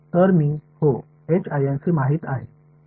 तर मी हो माहित आहे